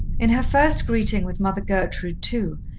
in her first greeting with mother gertrude, too,